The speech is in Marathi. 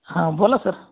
हा बोला सर